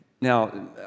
Now